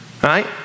Right